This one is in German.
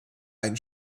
einen